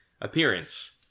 Appearance